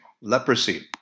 Leprosy